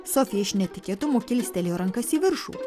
sofija iš netikėtumo kilstelėjo rankas į viršų